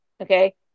Okay